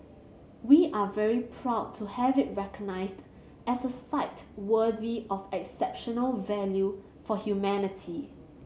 we are very proud to have it recognised as a site worthy of exceptional value for humanity